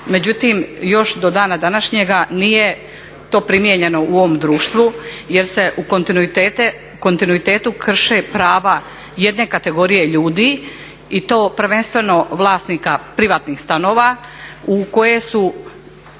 međutim još do dana današnjega nije to primijenjeno u ovom društvu jer se u kontinuitetu krše prava jedne kategorije ljudi i to prvenstveno vlasnika privatnih stanova u koje su